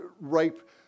ripe